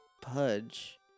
Pudge